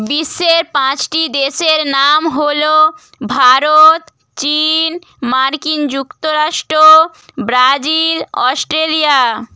বিশ্বের পাঁচটি দেশের নাম হলো ভারত চীন মার্কিন যুক্তরাষ্ট্র ব্রাজিল অস্ট্রেলিয়া